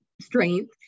strength